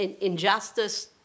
Injustice